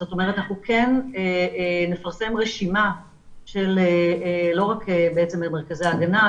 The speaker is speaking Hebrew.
זאת אומרת אנחנו כן נפרסם רשימה של לא רק מרכזי ההגנה,